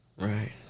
Right